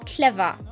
Clever